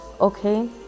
okay